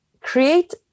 create